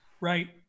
right